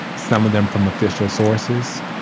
some of them from official sources,